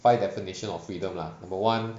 five definition of freedom lah number one